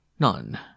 None